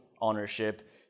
ownership